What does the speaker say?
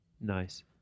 Nice